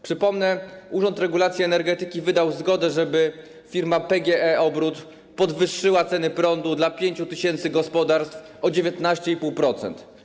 Przypomnę, że Urząd Regulacji Energetyki wydał zgodę, żeby firma PGE Obrót podwyższyła ceny prądu dla 5 tys. gospodarstw o 19,5%.